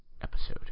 episode